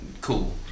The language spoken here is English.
Cool